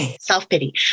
Self-pity